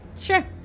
Sure